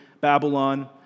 Babylon